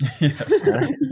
Yes